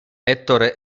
ettore